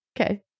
Okay